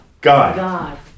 God